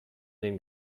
den